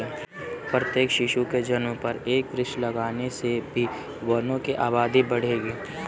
प्रत्येक शिशु के जन्म पर एक वृक्ष लगाने से भी वनों की आबादी बढ़ेगी